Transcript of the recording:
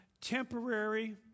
temporary